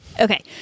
Okay